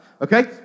Okay